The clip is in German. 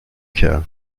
kerl